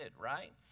right